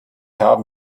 haben